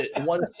one